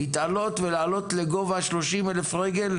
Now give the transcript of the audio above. להתעלות ולעלות לגובה 30,000 רגל,